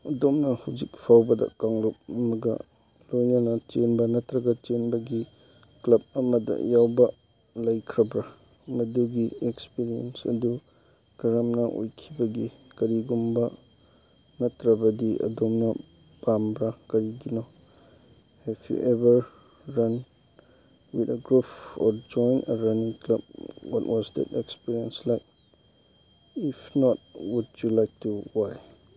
ꯑꯗꯣꯝꯅ ꯍꯧꯖꯤꯛ ꯐꯥꯎꯕꯗ ꯀꯥꯡꯂꯨꯞ ꯑꯃꯒ ꯂꯣꯏꯅꯅ ꯆꯦꯟꯕ ꯅꯠꯇ꯭ꯔꯒ ꯆꯦꯟꯕꯒꯤ ꯀ꯭ꯂꯕ ꯑꯃꯗ ꯌꯥꯎꯕ ꯂꯩꯈ꯭ꯔꯕ꯭ꯔꯥ ꯃꯗꯨꯒꯤ ꯑꯦꯛꯁꯄꯤꯔꯤꯌꯦꯟꯁ ꯑꯗꯨ ꯀꯔꯝꯅ ꯑꯣꯏꯈꯤꯕꯒꯦ ꯀꯔꯤꯒꯨꯝꯕ ꯅꯠꯇ꯭ꯔꯕꯗꯤ ꯑꯗꯣꯝꯅ ꯄꯥꯝꯕ꯭ꯔꯥ ꯀꯔꯤꯒꯤꯅꯣ help you ever run with a group or join a running club what was that experience like if not would you like to Y